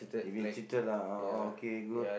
he mean cheated lah oh orh okay good